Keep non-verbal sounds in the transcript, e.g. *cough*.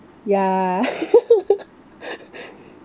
ya *laughs*